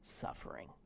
suffering